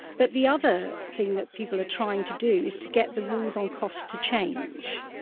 but the other thing that people are trying to do is to get the rules on costs to change,